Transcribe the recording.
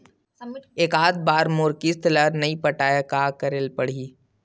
एकात बार मोर किस्त ला नई पटाय का करे ला पड़ही?